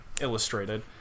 illustrated